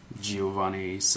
Giovanni